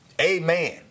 Amen